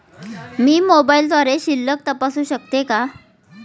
मी मोबाइलद्वारे शिल्लक तपासू शकते का?